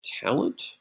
talent